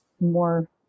more